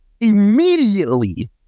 immediately